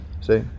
See